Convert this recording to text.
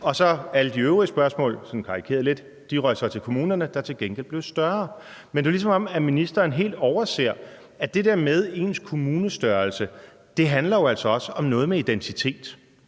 og alle de øvrige spørgsmål – sådan karikeret lidt – røg så til kommunerne, der til gengæld blev større. Men det er, ligesom om ministeren helt overser, at det der med ens kommunestørrelse jo altså også handler om noget med identitet.